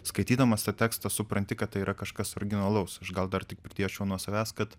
skaitydamas tą tekstą supranti kad tai yra kažkas originalaus aš gal dar tik pridėčiau nuo savęs kad